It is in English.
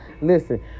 Listen